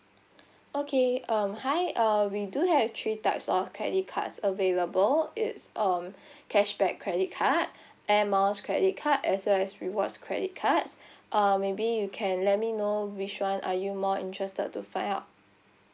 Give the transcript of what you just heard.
okay um hi uh we do have three types of credit cards available it's um cashback credit card Air Miles credit card as well as rewards credit cards uh maybe you can let me know which one are you more interested to find out